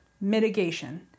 Mitigation